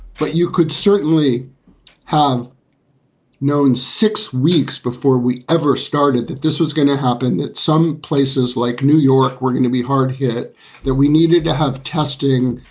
but you could certainly have known six weeks before we ever started that this was going to happen at some places like new york. we're going to be hard hit that we needed to have testing.